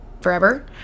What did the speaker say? forever